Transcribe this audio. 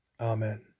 Amen